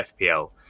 FPL